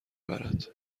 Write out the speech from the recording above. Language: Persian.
برد